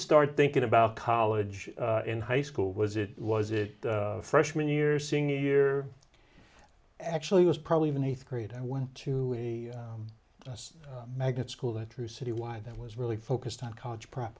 start thinking about college in high school was it was it freshman year senior year actually was probably even eighth grade i went to a magnet school that true citywide that was really focused on college prep